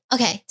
Okay